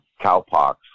cowpox